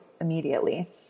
immediately